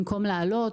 במקום להעלות.